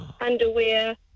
Underwear